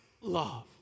love